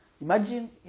Imagine